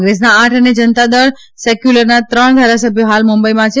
કોંગ્રેસના આઠ અને જનતા દળ સેકથુલરના ત્રણ ધારાસભ્યો હાલ મુંબઈમાં છે